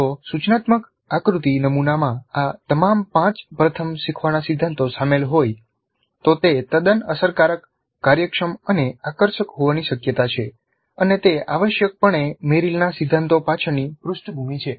જો સૂચનાત્મક આકૃતિ નમુનામાં આ તમામ પાંચ પ્રથમ શીખવાના સિદ્ધાંતો શામેલ હોય તો તે તદ્દન અસરકારક કાર્યક્ષમ અને આકર્ષક હોવાની શક્યતા છે અને તે આવશ્યકપણે મેરિલના સિદ્ધાંતો પાછળની પૃષ્ઠભૂમિ છે